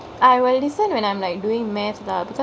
ya I will listen when I'm like doingk math lah because